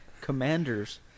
commanders